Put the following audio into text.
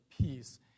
peace